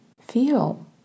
feel